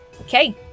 Okay